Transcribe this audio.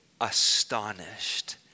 astonished